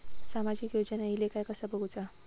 सामाजिक योजना इले काय कसा बघुचा?